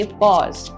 pause